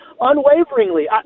unwaveringly